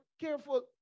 careful